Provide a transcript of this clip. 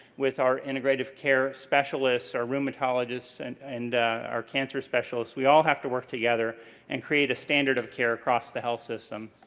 with our integrative care specialists or rheumatologists and and our cancer specialists. specialists. we all have to work together and create a standard of care across the health system.